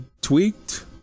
Tweaked